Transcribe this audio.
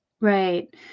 Right